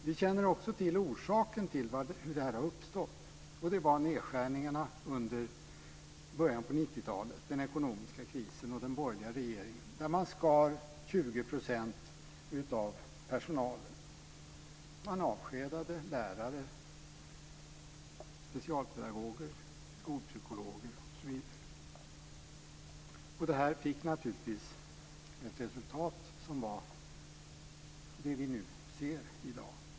Vi känner också till orsaken till att detta har uppstått, och det var nedskärningarna i början av 90-talet, den ekonomiska krisen och den borgerliga regeringen. Man skar ned med 20 % av personalen. Man avskedade lärare, specialpedagoger, skolpsykologer osv., och det här gav naturligtvis det resultat som vi i dag ser.